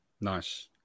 nice